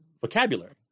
vocabulary